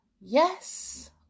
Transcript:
Yes